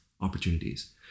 opportunities